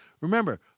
Remember